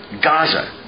Gaza